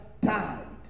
died